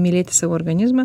mylėti savo organizmą